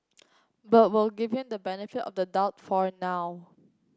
but we'll give him the benefit of the doubt for now